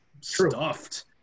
stuffed